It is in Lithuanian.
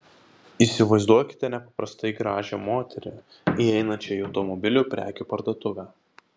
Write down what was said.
įsivaizduokite nepaprastai gražią moterį įeinančią į automobilių prekių parduotuvę